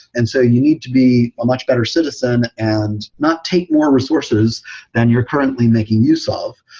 and so you need to be a much better citizen and not take more resources than you're currently making use ah of.